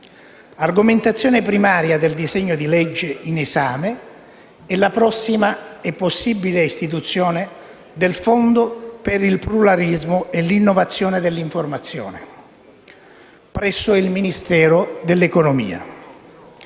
Argomentazione primaria del disegno di legge in esame è la prossima e possibile istituzione del Fondo per il pluralismo e l'innovazione dell'informazione presso il Ministero dell'economia.